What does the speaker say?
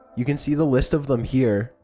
you can see the list of them here.